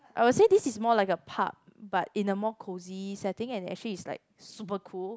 I will say this is more like a pub but in a more cozy setting and actually is like super cool